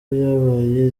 byabaye